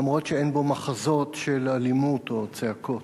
למרות שאין בו מחזות של אלימות או צעקות.